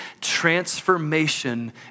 Transformation